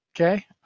Okay